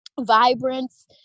vibrance